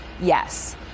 Yes